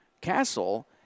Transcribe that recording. Castle